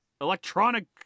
electronic